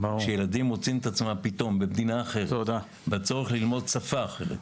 ילדים מוצאים עצמם פתאום במדינה אחרת ובצורך ללמוד שפה אחרת,